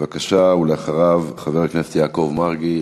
בבקשה, ואחריו, חבר הכנסת יעקב מרגי.